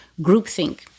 groupthink